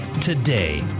today